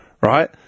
right